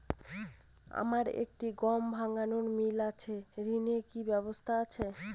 আমার একটি গম ভাঙানোর মিল আছে ঋণের কি ব্যবস্থা আছে?